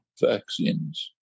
Vaccines